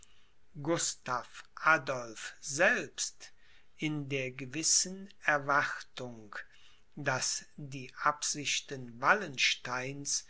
gustav adolph selbst in der gewissen erwartung daß die absichten wallensteins